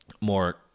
more